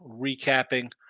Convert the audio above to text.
recapping